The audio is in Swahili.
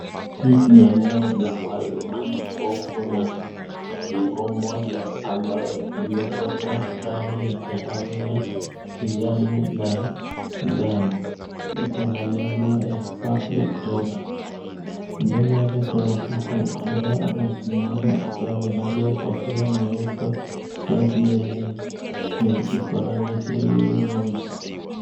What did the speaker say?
Hii ni eneo la wazi ambapo kuna jengo moja ambao imepakwa rangi ya kahawia, kijani na njano iko na nembo ya public toilet . Mbele yake kuna mtu ambaye amesimama akiwa amevalia kofia nyeupe, shati yenye iko na michirizi nyeusi.